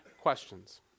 questions